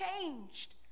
changed